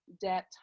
Debt